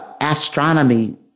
astronomy